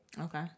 Okay